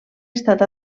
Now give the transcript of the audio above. estat